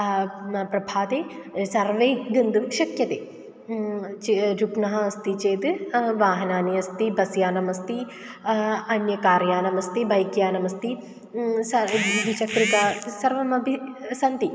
न प्रभाते सर्वे गन्तुं शक्यते चे रुग्नः अस्ति चेत् वाहनानि अस्ति बस् यानमस्ति अन्य कार् यानमस्ति बैक् यानमस्ति द्विचक्रिका सर्वमपि सन्ति